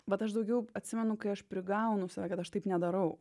vat aš daugiau atsimenu kai aš prigaunu save kad aš taip nedarau